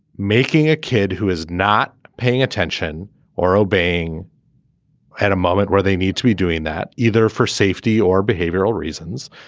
making a kid who is not paying attention or obeying at a moment where they need to be doing that either for safety or behavioral reasons.